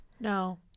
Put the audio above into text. No